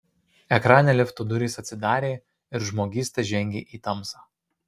ekrane lifto durys atsidarė ir žmogysta žengė į tamsą